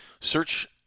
search